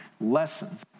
lessons